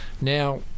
Now